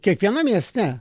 kiekvienam mieste